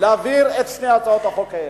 להעביר את שתי הצעות החוק האלה.